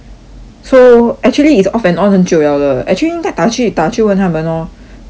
so actually it's off and on 很久 liao 了 actually 应该打去打去问他们 orh 为什么会这样